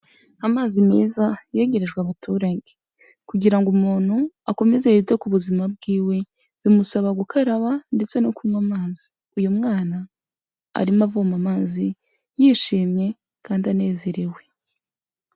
amazi meza yegerejwe abaturage kugira ngo umuntu akomeze yite ku buzima bw'iwe bimusaba gukaraba ndetse no kunywa amazi. Uyu mwana arimo avoma amazi yishimye kandi anezerewe.